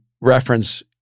reference